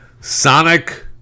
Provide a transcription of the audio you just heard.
Sonic